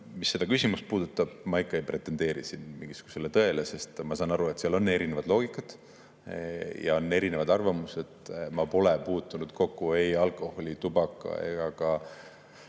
mis seda küsimust puudutab, siis ma ei pretendeeri siin mingisugusele tõele, sest ma saan aru, et on erinevaid loogikaid ja on erinevaid arvamusi. Ma pole puutunud kokku ei alkoholi, tubaka ega